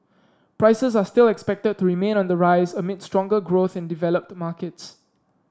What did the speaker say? prices are still expected to remain on the rise amid stronger growth in developed markets